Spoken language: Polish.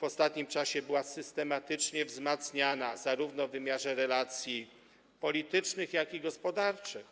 w ostatnim czasie była systematycznie wzmacniana w wymiarze relacji zarówno politycznych, jak i gospodarczych.